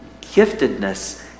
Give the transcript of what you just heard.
Giftedness